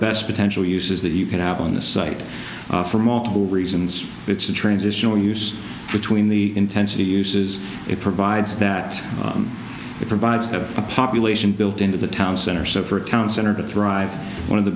best potential uses that you can add on this site for multiple reasons it's a transitional use between the intensity uses it provides that it provides a population built into the town center so for a town center to thrive one of the